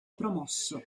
promosso